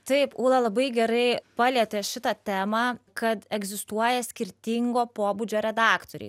taip ūla labai gerai palietė šitą temą kad egzistuoja skirtingo pobūdžio redaktoriai